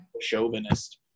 chauvinist